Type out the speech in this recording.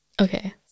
Okay